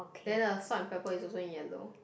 then uh salt and pepper is also yellow